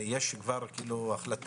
יש כבר החלטה?